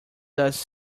does